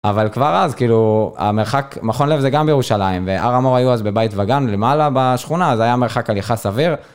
אבל כבר אז, כאילו, המרחק, מכון לב, זה גם בירושלים. והר המור היו אז בבית וגן למעלה בשכונה, אז זה היה מרחק על יחס סביר.